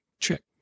trick